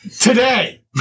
Today